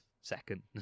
second